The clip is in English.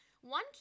One